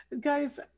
Guys